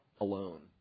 alone